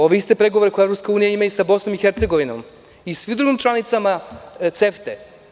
Ovo su isti pregovori koje EU ima i sa BiH i svim drugim članicama CEFTA.